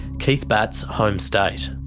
keith batt's home state.